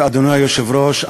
אדוני היושב-ראש,